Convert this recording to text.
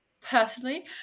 personally